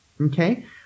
Okay